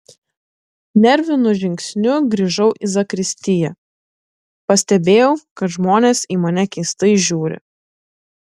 nervinu žingsniu grįžau į zakristiją pastebėjau kad žmonės į mane keistai žiūri